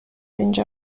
اینجا